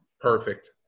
Perfect